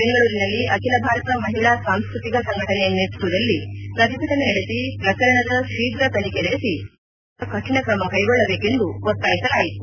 ಬೆಂಗಳೂರಿನಲ್ಲಿ ಅಖಿಲ ಭಾರತ ಮಹಿಳಾ ಸಾಂಸ್ಕತಿಕ ಸಂಘಟನೆ ನೇತೃತ್ವದಲ್ಲಿ ಪ್ರತಿಭಟನೆ ನಡೆಸಿ ಪ್ರಕರಣದ ಶೀಘ್ರ ತನಿಖೆ ನಡೆಸಿ ತಪ್ಪಿತಸ್ಥರ ವಿರುದ್ದ ಕಠಿಣ ಕ್ರಮ ಕೈಗೊಳ್ಳಬೇಕೆಂದು ಒತ್ತಾಯಿಸಲಾಯಿತು